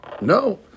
no